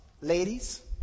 ladies